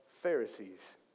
Pharisees